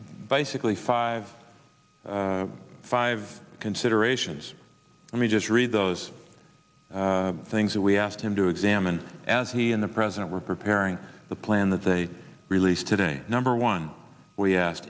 basically five five considerations let me just read those things that we asked him to examine as he and the president were preparing the plan that they released today number one we asked